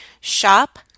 shop